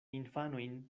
infanojn